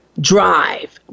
drive